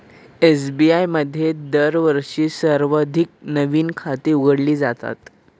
SBI मध्ये दरवर्षी सर्वाधिक नवीन खाती उघडली जातात